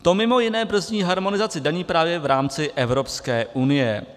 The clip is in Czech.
To mimo jiné brzdí harmonizaci daní právě v rámci Evropské unie.